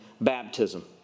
baptism